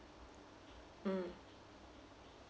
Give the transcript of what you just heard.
mm